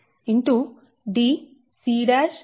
dca